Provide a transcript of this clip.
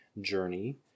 journey